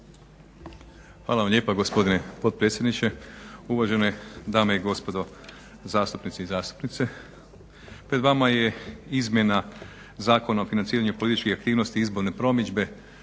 Hvala vam lijepa gospodine potpredsjedniče. Uvažene dame i gospodo zastupnice i zastupnici. Pred vama je izmjena Zakona o financiranju političkih aktivnosti i izborne promidžbe,